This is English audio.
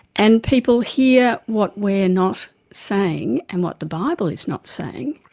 and people hear what we're not saying and what the bible is not saying.